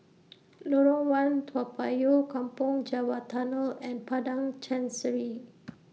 Lorong one Toa Payoh Kampong Java Tunnel and Padang Chancery